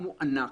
הוא ענק.